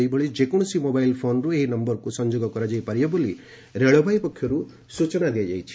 ସେହିଭଳି ଯେକୌଣସି ମୋବାଇଲ୍ ଫୋନ୍ରୁ ଏହି ନୟରକୁ ସଂଯୋଗ କରାଯାଇ ପାରିବ ବୋଲି ରେଳବାଇ ପକ୍ଷରୁ କୁହାଯାଇଛି